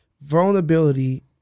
vulnerability